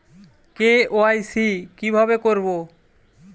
KYC কিভাবে করব?